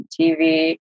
TV